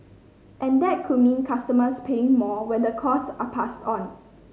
and that could mean customers paying more when the costs are passed on